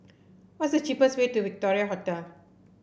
what is the cheapest way to Victoria Hotel